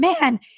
man